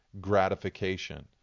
gratification